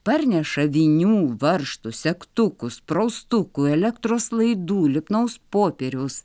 parneša vinių varžtų segtukų spraustuku elektros laidų lipnaus popieriaus